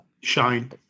shine